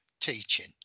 teaching